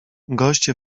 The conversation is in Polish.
goście